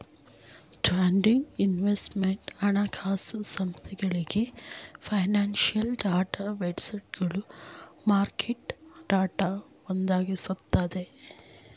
trading, investment, ಹಣಕಾಸು ಸಂಸ್ಥೆಗಳಿಗೆ, financial data ವೆಂಡರ್ಸ್ಗಳು ಮಾರ್ಕೆಟ್ ಡಾಟಾ ಒದಗಿಸುತ್ತಾರೆ